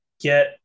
get